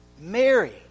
Mary